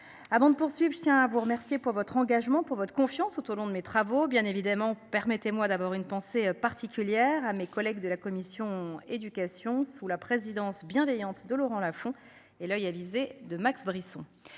Avant de poursuivre, je tiens à vous remercier pour votre engagement pour votre confiance tout au long de mes travaux. Bien évidemment. Permettez-moi d'abord, une pensée particulière à mes collègues de la commission éducation sous la présidence bienveillante de Laurent Lafon et l'oeil avisé de Max Brisson.